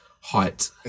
height